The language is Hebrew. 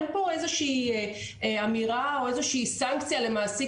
אין פה איזושהי אמירה או איזושהי סנקציה למעסיק